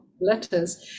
letters